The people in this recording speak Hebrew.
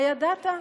הידעת?